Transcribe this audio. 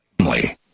family